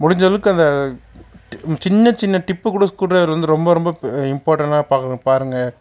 முடிஞ்சளவுக்கு அந்த சின்ன சின்ன டிப்பு கூட ஸ்க்ரூ ட்ரைவர் வந்து ரொம்ப ரொம்ப இம்பார்டனாக பார்க்கணும் பாருங்கள்